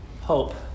hope